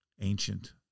ancient